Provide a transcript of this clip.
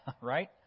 Right